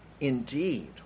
Indeed